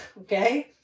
Okay